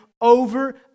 over